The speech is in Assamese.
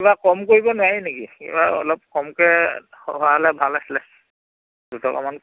কিবা কম কৰিব নোৱাৰি নেকি কিবা অলপ কমকৈ হোৱা হ'লে ভাল আছিল দুটকামান